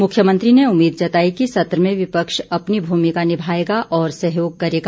मुख्यमंत्री ने उम्मीद जताई कि सत्र में विपक्ष अपनी भूमिका निभाएगा और सहयोग करेगा